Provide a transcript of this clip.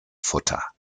futter